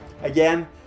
Again